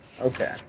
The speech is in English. Okay